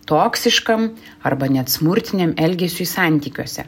toksiškam arba net smurtiniam elgesiui santykiuose